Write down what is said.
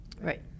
right